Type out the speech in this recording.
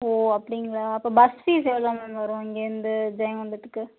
ஓ அப்படிங்களா அப்போ bus fees எவ்வளோ மேம் வரும் இங்கேந்து ஜெயங்கொண்டத்துக்கு